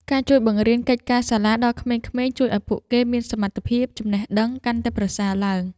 ការជួយបង្រៀនកិច្ចការសាលាដល់ក្មេងៗជួយឱ្យពួកគេមានសមត្ថភាពចំណេះដឹងកាន់តែប្រសើរឡើង។